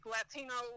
Latino